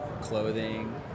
clothing